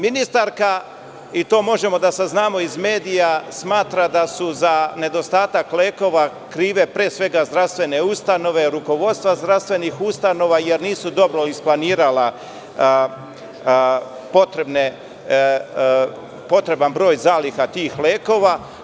Ministarka, i to možemo da saznamo iz medija, smatra da su za nedostatak lekova krive pre svega zdravstvene ustanove, rukovodstva zdravstvenih ustanova jer nisu dobro isplanirala potreban broj zaliha tih lekova.